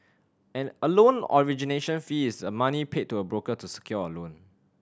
an a loan origination fee is a money paid to a broker to secure a loan